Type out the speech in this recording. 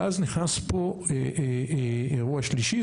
ואז נכנס פה אירוע שלישי.